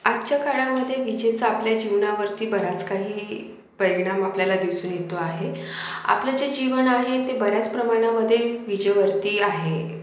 आजच्या काळामधे विजेचा आपल्या जीवनावरती बराच काही परिणाम आपल्याला दिसून येतो आहे आपले जे जीवन आहे ते बऱ्याच प्रमाणामध्ये विजेवरती आहे